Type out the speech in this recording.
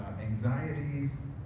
anxieties